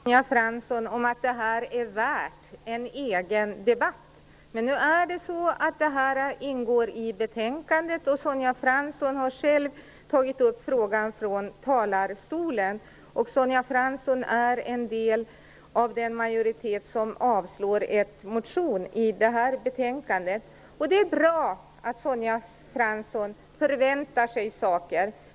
Fru talman! Jag håller med Sonja Fransson om att det här är värt en egen debatt. Men nu är det så att det här ingår i betänkandet. Sonja Fransson har själv tagit upp frågan i talarstolen. Sonja Fransson är en del av den majoritet som avslår en motion i det här betänkandet. Det är bra att Sonja Fransson förväntar sig saker.